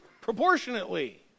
proportionately